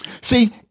See